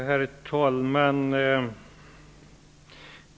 Herr talman!